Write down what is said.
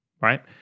right